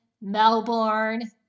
Melbourne